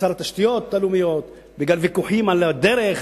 שר התשתיות הלאומיות, בגלל ויכוחים על הדרך.